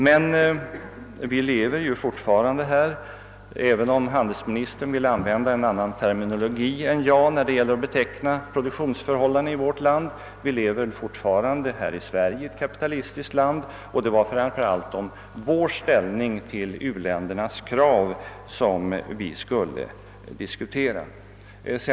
Men vi lever ju här i Sverige fortfarande i ett kapitalistiskt land — även om handelsministern vill använda en annan terminologi än jag när det gäller att beteckna produktionsförhållandena i vårt land — och det var framför allt vår ställning till u-ländernas krav som vi skulle diskutera.